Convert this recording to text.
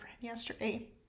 yesterday